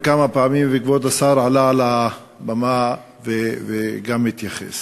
וכבוד השר עלה על הבמה וגם התייחס.